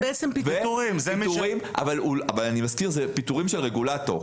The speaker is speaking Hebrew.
זה פיטורים של רגולטור.